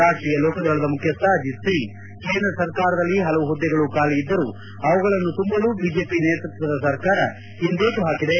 ರಾಷ್ಷೀಯ ಲೋಕದಳದ ಮುಖ್ಯಸ್ವ ಅಜಿತ್ ಸಿಂಗ್ ಕೇಂದ್ರ ಸರ್ಕಾರದಲ್ಲಿ ಹಲವು ಹುದ್ದೆಗಳು ಖಾಲಿ ಇದ್ದರೂ ಅವುಗಳನ್ನು ತುಂಬಲು ಬಿಜೆಪಿ ನೇತೃತ್ವದ ಸರ್ಕಾರ ಹಿಂದೇಟು ಹಾಕಿದೆ